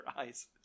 eyes